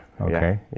Okay